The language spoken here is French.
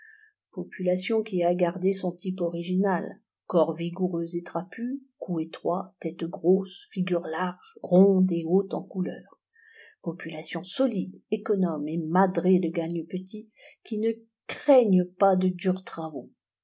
population qui a gardé son type original corps vigoureux et trapu cou étroit tête grosse figure large ronde et haute en couleur population solide économe et madrée de gagne petit qui ne craignent pas les durs travaux